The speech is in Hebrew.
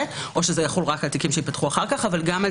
או זה יחול רק על תיקים שייפתחו אחר כך אבל גם על